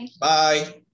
Bye